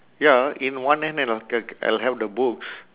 ya in one hand and I'll ta~ I'll have the books